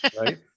right